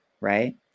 right